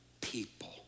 people